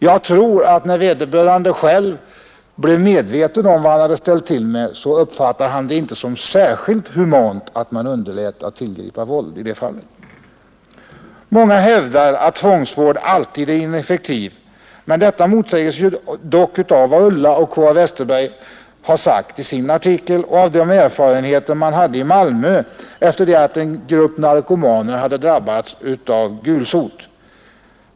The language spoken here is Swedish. Jag tror att när vederbörande patient blev medveten om vad han hade ställt till med, så uppfattade han det inte som särskilt humant att man underlät att tillgripa våld i det fallet. Det är många som påstår att tvångsvård alltid är ineffektiv, men detta motsägs av vad Ulla och K.-A. Westerberg har anfört i sin artikel och av de erfarenheter man haft i Malmö av en grupp narkomaner som drabbats av gulsot.